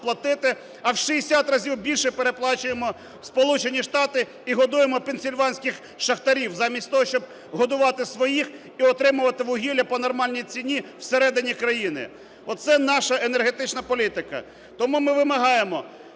а в 60 разів більше переплачуємо в Сполучені Штати і годуємо пенсільванських шахтарів замість того, щоб годувати своїх і отримувати вугілля по нормальній ціні всередині країни. Оце наша енергетична політика. Тому ми вимагаємо,